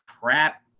crap